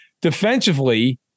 Defensively